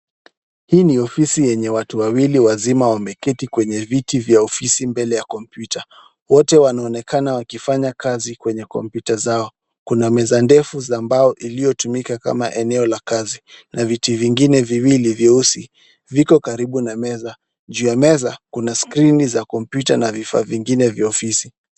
Hii ni ofisi yenye watu wawili wazima wameketi kwenye viti vya ofisi mbele ya kompyuta. Wote wanaonekana wakifanya kazi kwenye kompyuta zao. Kuna meza ndefu za mbao iliytumika kama eneo la kazi, na viti vingine vyeusi viko karibu na meza. Juu ya meza kuna skrini za kompyuta na vifaa vingine vya ofisi.